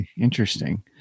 Interesting